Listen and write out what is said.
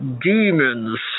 demons